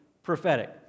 Prophetic